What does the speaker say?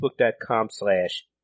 facebook.com/slash